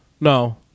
No